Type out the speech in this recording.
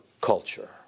culture